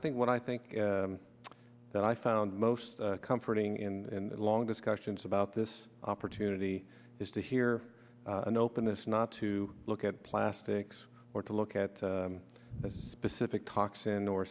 think what i think that i found most comforting in the long discussions about this opportunity is to hear an openness not to look at plastics or to look at this specific toxin or